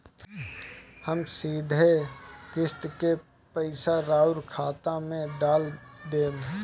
हम सीधे किस्त के पइसा राउर खाता में डाल देम?